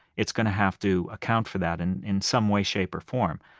it's going to have to account for that and in some way, shape, or form.